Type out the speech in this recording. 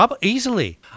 Easily